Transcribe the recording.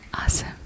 Awesome